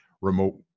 remote